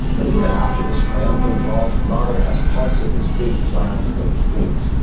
but even after this triumphant vault, mahler has parts of his big plan to complete.